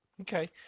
Okay